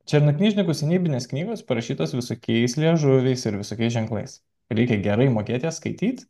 černaknyžnikų senybiniės knygos parašytos visokiais liežuviais ir visokiais ženklais reikia gerai mokėt jas skaityt